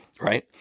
Right